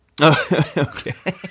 okay